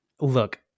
look